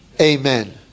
Amen